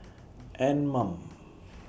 Anmum